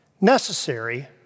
Necessary